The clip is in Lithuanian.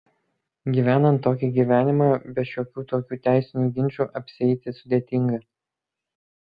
gyvenant tokį gyvenimą be šiokių tokių teisinių ginčų apsieiti sudėtinga